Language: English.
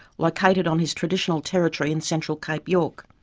located on his traditional territory in central cape york.